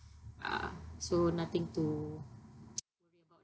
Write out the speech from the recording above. ya so nothing to